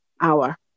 hour